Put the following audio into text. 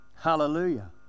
Hallelujah